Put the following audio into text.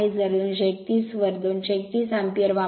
जर 231 यावर 231 अँपिअर वापरा